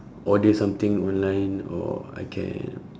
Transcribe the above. order something online or I can